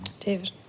David